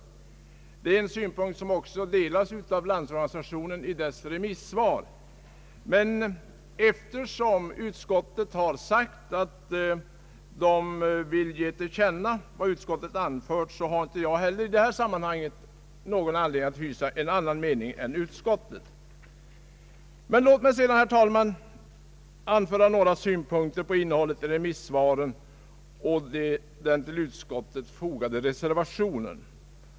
Det är en synpunkt som också delas av LO i dess remissvar. Men eftersom utskottet sagt att man vill ge till känna vad utskottet anfört, har inte heller jag i detta sammanhang någon anledning att hysa annan mening än utskottet. Låt mig sedan, herr talman, anföra några synpunkter på innehållet i remissvaren och den till utskottsutlåtandet fogade reservationen.